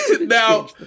now